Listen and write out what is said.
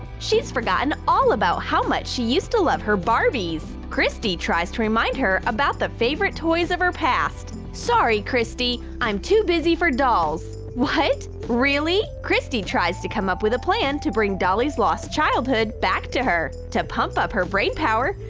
she's forgotten all about how much she used to love her barbies! christy tries to remind her about the favorite toys of her past! sorry, christy! i'm too busy for dolls! what, really? christy tries to come up with a plan to bring dolly's lost childhood back to her! to pump up her brain power,